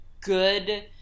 good